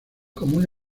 común